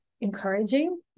encouraging